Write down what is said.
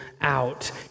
out